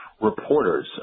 reporters